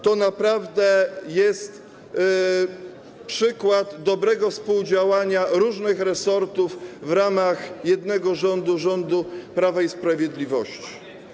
To naprawdę jest przykład dobrego współdziałania różnych resortów w ramach jednego rządu, rządu Prawa i Sprawiedliwości.